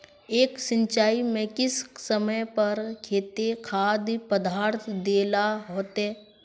एक सिंचाई में किस समय पर केते खाद पदार्थ दे ला होते?